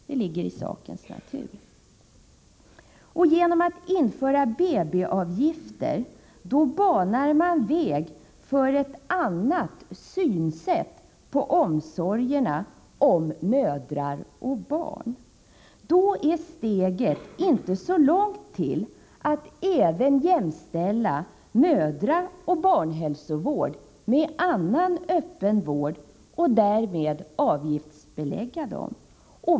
Det ligger i sakens natur. Genom att införa BB-avgifter banar man väg för ett annat synsätt på omsorgerna om mödrar och barn. Då är steget inte så långt till att även jämställa mödraoch barnhälsovård med annan öppen vård och därmed avgiftsbelägga den.